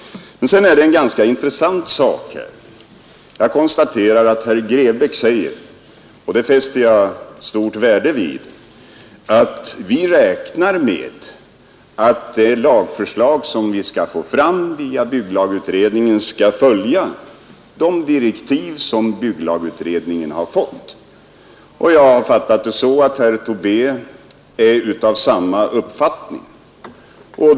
Jag konstaterar med stort intresse att herr Grebäck säger — och det fäster jag stort värde vid — att man räknar med att det lagförslag som skall komma via bygglagutredningen skall följa de direktiv som bygglagutredningen fått. Jag har fattat det så att herr Tobé är av samma uppfattning.